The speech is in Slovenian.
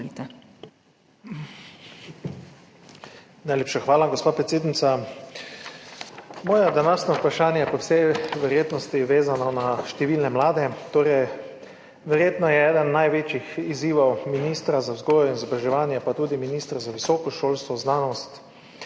Najlepša hvala, gospa predsednica. Moje današnje vprašanje je po vsej verjetnosti vezano na številne mlade. Verjetno je eden največjih izzivov ministra za vzgojo in izobraževanje, pa tudi ministra za visoko šolstvo in znanost,